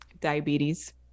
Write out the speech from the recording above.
diabetes